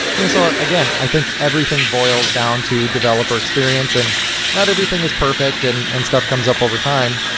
you know so ah again, i think everything boils down to developer experience and not everything is perfect and and stuff comes up over time.